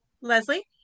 Leslie